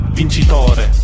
vincitore